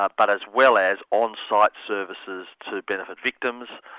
but but as well as on-site services to benefit victims,